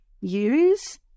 use